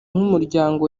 nk’umuryango